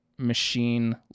machine